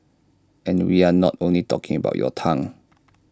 and we are not only talking about your tongue